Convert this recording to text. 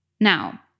Now